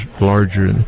larger